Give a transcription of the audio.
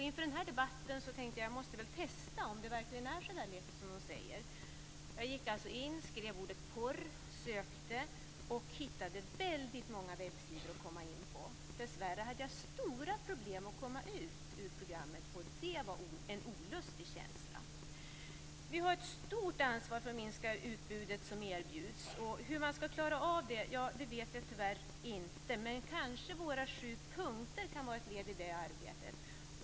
Inför den här debatten tänkte jag att jag måste testa om det verkligen är så lätt som de säger. Jag gick alltså in och skrev ordet porr, sökte och hittade väldigt många webbsidor att komma in på. Dessvärre hade jag stora problem att komma ut ur programmet, och det var en olustig känsla. Vi har ett stort ansvar för att minska utbudet som erbjuds. Jag vet tyvärr inte hur man ska klara av det, men våra sju punkter kan kanske vara ett led i det arbetet.